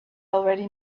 already